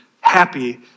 happy